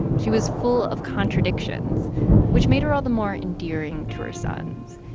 she was full of contradictions which made her all the more endearing to her sons.